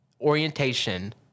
orientation